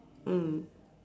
mm